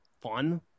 fun